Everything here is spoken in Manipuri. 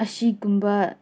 ꯑꯁꯤꯒꯨꯝꯕ